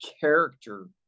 character-